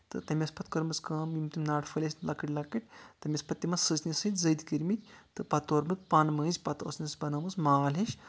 تہٕ تٔمۍ ٲسۍ پَتہٕ کٔرمٕژ کٲم یِم تہِ ناٹہٕ پھلی ٲسۍ لۄکٕٹۍ لۄکٕٹۍ تٔمۍ ٲسۍ پَتہٕ تِمن سژنہِ سۭتۍ زٔدۍ کٔرۍ مٕتۍ تہٕ پَتہٕ تورمُت پَن مٔنٛزۍ پَتہٕ اوسنَس بَنٲومٕژ مال ہِش